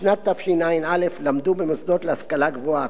בשנת תשע"א למדו במוסדות להשכלה גבוהה,